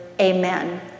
Amen